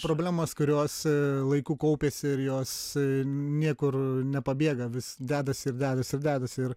problemos kurios laiku kaupėsi ir jos niekur nepabėga vis dedasi ir dedasi dedasi ir